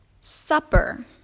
supper